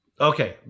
Okay